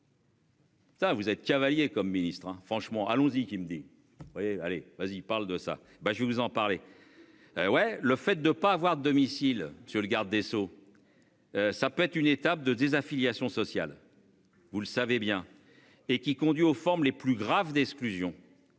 vous êtes cavalier comme ministre hein franchement. Allons-y, qui me dit. Allez vas-y parle de ça, bah je vais vous en parler. Ouais. Le fait de pas avoir de domicile sur le garde des Sceaux. Ça peut être une étape de désaffiliation sociale. Vous le savez bien et qui conduit aux formes les plus graves d'exclusion.